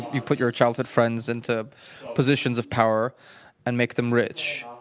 you put your childhood friends into positions of power and make them rich.